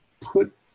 put